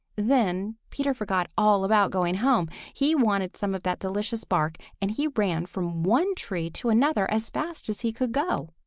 then peter forgot all about going home. he wanted some of that delicious bark, and he ran from one tree to another as fast as he could go.